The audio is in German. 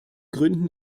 gründen